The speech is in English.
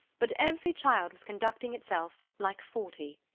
but every child was conducting itself like forty.